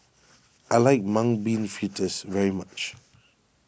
I like Mung Bean Fritters very much